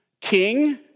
king